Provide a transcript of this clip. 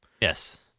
Yes